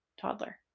toddler